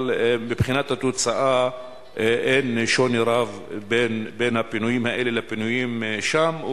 אבל מבחינת התוצאה אין שוני רב בין הפינויים האלה לפינויים שם.